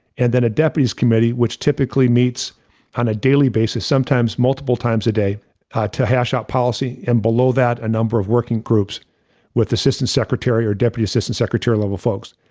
and then a deputies committee, which typically meets on a daily basis, sometimes multiple times a day to hash out policy and below that a number of working groups with assistant secretary or deputy assistant secretary level folks.